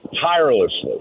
tirelessly